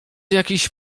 jakiś